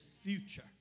future